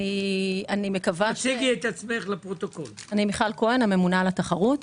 אני הממונה על התחרות.